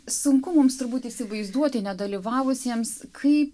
sunku mums turbūt įsivaizduoti nedalyvavusiems kaip